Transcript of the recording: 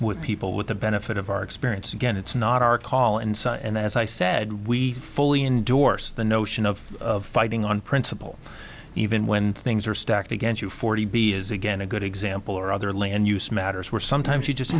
with people with the benefit of our experience again it's not our call and and as i said we fully endorse the notion of fighting on principle even when things are stacked against you forty b is again a good example or other land use matters where sometimes you just